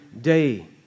day